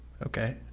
Okay